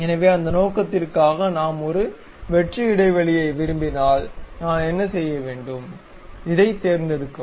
எனவே அந்த நோக்கத்திற்காக நாம் ஒரு வெற்று இடைவெளியை விரும்பினால் நான் என்ன செய்ய வேண்டும் இதைத் தேர்ந்தெடுக்கவும்